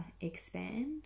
expand